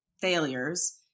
failures